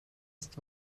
ist